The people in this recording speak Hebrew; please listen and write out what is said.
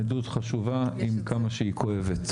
עדות חשובה עם כמה שהיא כואבת.